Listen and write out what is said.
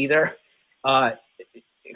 either